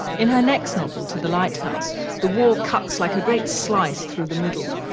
in her next novel, to the lighthouse the war cuts like a great slice through the middle.